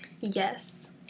Yes